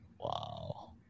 Wow